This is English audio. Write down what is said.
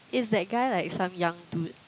is that guy like some young dude